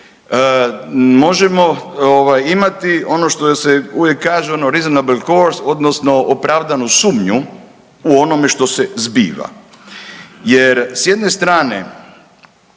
možemo imati ono što se uvijek kaže …/Govornik govori engleski./… odnosno opravdanu sumnju u onome što se zbiva. Jer s jedne strane